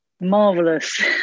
marvelous